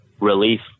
relief